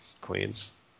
queens